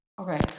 Okay